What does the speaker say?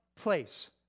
place